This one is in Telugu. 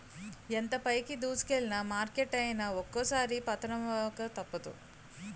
ఎంత పైకి దూసుకెల్లిన మార్కెట్ అయినా ఒక్కోసారి పతనమవక తప్పదు